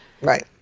Right